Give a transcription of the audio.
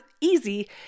easy